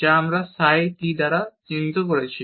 যা আমরা psi t দ্বারা চিহ্নিত করছি